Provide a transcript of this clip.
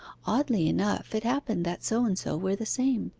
oddly enough it happened that so and so were the same,